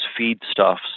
feedstuffs